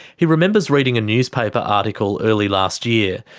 he remembers reading a newspaper article early last year,